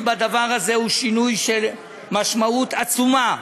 בדבר הזה הוא שינוי של משמעות עצומה,